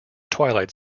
twilight